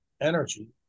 energy